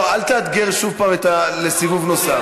לא, אל תאתגר שוב פעם לסיבוב נוסף.